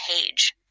Page